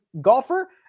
golfer